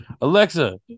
Alexa